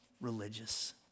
religious